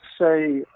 say